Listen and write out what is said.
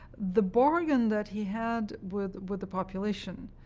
the bargain that he had with with the population,